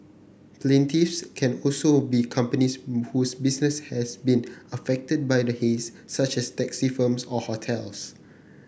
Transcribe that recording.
plaintiffs can also be companies whose business has been affected by the haze such as taxi firms or hotels